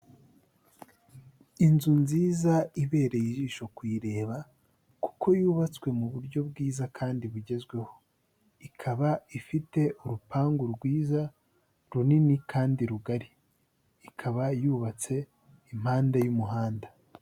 Inzu nziza ibereye ijisho kuyireba kuko yubatswe mu buryo bwiza kandi bugezweho, ikaba ifite urupangu rwiza runini kandi rugari, ikaba yubatse impande y'umuhanda.